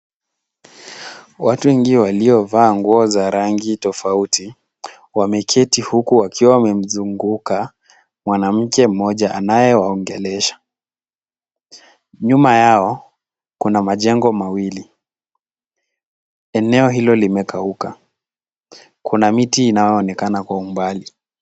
Watu wengi waliovaa nguo za rangi tofauti, wameketi huku wakiwa wamemzunguka mwanamke mmoja anayewaongelesha. Nyuma yao kuna majengo mawili. Eneo hilo limekauka. Kuna miti inayoonekana kwa umbali.